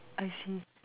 I see